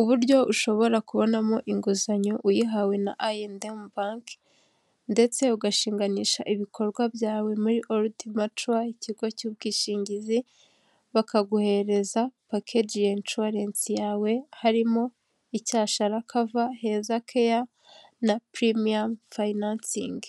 Uburyo ushobora kubonamo inguzanyo uyihawe na idem bank ndetse ugashinganisha ibikorwa byawe muri old mature ikigo cy'ubwishingizi bakaguhererereza package insurance yawe harimo icyasharakava heza care na premia finansing